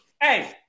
Hey